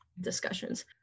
discussions